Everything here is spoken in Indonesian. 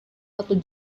satu